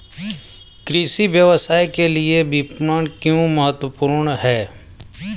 कृषि व्यवसाय के लिए विपणन क्यों महत्वपूर्ण है?